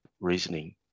reasoning